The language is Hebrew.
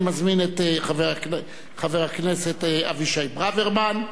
אני מזמין את חבר הכנסת אבישי ברוורמן,